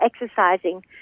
exercising